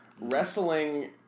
Wrestling